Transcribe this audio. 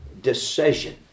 decision